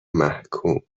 ومحکوم